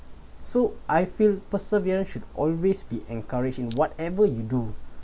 so I feel persevere should always be encouraged in whatever you do